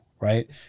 Right